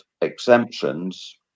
exemptions